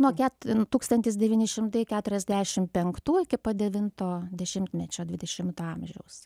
nuo ket tūkstantis devyni šimtai keturiasdešimt penktų iki pat devinto dešimtmečio dvidešimto amžiaus